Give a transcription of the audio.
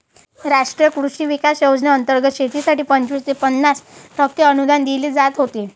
राष्ट्रीय कृषी विकास योजनेंतर्गत शेतीसाठी पंचवीस ते पन्नास टक्के अनुदान दिले जात होते